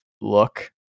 look